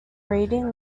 reading